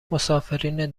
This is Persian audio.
مسافرین